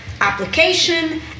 application